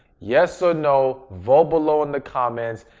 yes or no, vote below in the comments,